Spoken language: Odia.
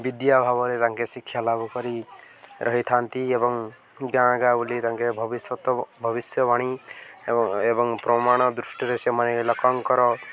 ବିଦ୍ୟା ଭାବରେ ତାଙ୍କେ ଶିକ୍ଷା ଲାଭ କରି ରହିଥାନ୍ତି ଏବଂ ଗାଁ ଗାଁ ବୁଲି ତାଙ୍କେ ଭବିଷ୍ୟତ ଭବିଷ୍ୟବାଣୀ ଏବଂ ଏବଂ ପ୍ରମାଣ ଦୃଷ୍ଟିରେ ସେମାନେ ଲୋକଙ୍କର